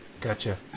Gotcha